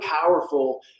powerful